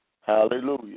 Hallelujah